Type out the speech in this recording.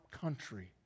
country